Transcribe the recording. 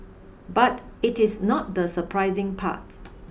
but it is not the surprising part